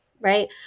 right